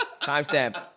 Timestamp